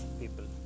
people